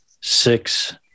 six